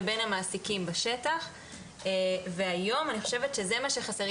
לבין המעסיקים בשטח והיום אני חושבת שזה מה שחסר,